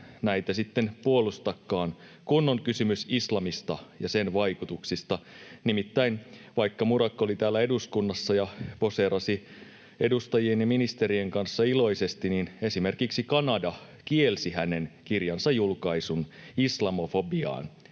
siinä tilanteessa, kun on kysymys islamista ja sen vaikutuksista. Nimittäin vaikka Murad oli täällä eduskunnassa ja poseerasi edustajien ja ministerien kanssa iloisesti, esimerkiksi Kanada kielsi hänen kirjansa julkaisun islamofobiaan